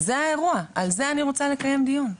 זה האירוע, על זה אני רוצה לקיים דיון.